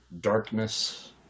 darkness